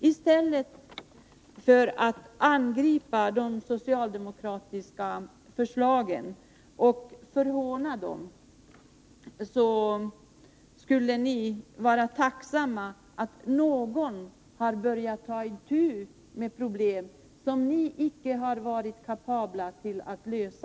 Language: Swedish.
I stället för att angripa de socialdemokratiska förslagen och förhåna dem borde ni vara tacksamma för att någon har börjat ta itu med problem som ni icke har varit kapabla att lösa.